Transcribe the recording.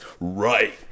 right